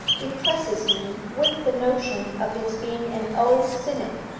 impresses me with the notion of its being an old cynic,